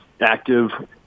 active